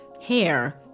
Hair